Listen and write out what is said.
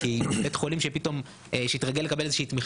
כי בית חולים שהתרגל לקבל איזושהי תמיכה